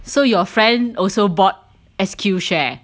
so your friend also bought S_Q share